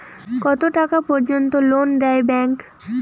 কত টাকা পর্যন্ত লোন দেয় ব্যাংক?